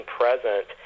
present